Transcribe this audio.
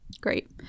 great